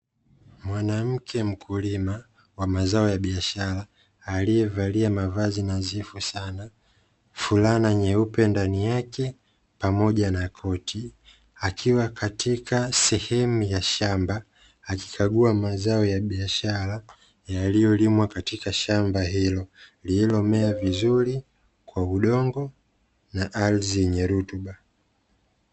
Mwanamke mkulima wa mazao ya biashara, aliyevalia mavazi nadhifu sana, fulana nyeupe ndani yake pamoja na koti. Akiwa katika sehemu ya shamba, akikagua mazao ya biashara, yaliyolimwa katika shamba hilo, lililomea vizuri kwa udongo na ardhi yenye rutuba.